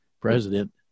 President